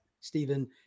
Stephen